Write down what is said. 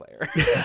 player